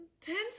Ten's